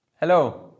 hello